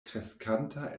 kreskanta